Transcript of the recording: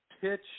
pitch